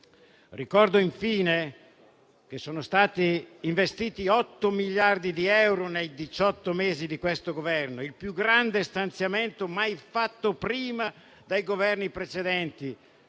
Ricordo infine che sono stati investiti 8 miliardi di euro nei diciotto mesi di questo Governo: si tratta del più grande stanziamento mai fatto prima dai Governi precedenti.